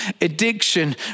addiction